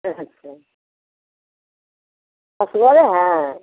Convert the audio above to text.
अच्छा असगरे हैं